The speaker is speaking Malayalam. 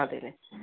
അതെയല്ലേ